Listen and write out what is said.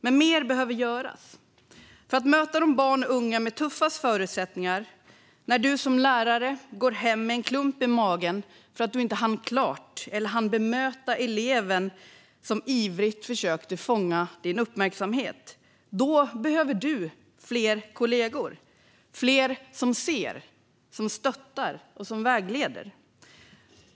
Men mer behöver göras för att möta de barn och unga som har tuffast förutsättningar. När du som lärare går hem med en klump i magen för att du inte hann klart eller inte hann bemöta eleven som ivrigt försökte fånga din uppmärksamhet behöver du fler kollegor - fler som ser, som stöttar och som vägleder.